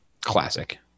Classic